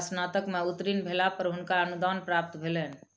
स्नातक में उत्तीर्ण भेला पर हुनका अनुदान प्राप्त भेलैन